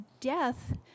death